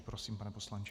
Prosím, pane poslanče.